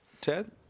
Ted